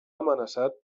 amenaçat